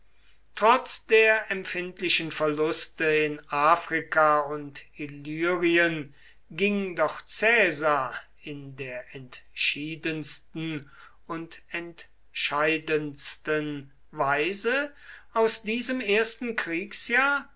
trotz der empfindlichen verluste in afrika und illyrien ging doch caesar in der entschiedensten und entscheidendsten weise aus diesem ersten kriegsjahr